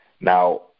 Now